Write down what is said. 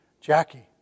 Jackie